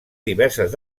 diverses